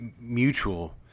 mutual